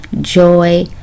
joy